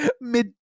mid